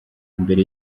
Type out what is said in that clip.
mbere